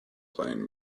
playing